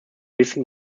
bisschen